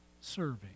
serving